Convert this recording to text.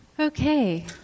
Okay